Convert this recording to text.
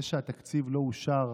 זה שהתקציב לא אושר